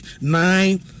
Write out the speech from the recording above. nine